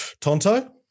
Tonto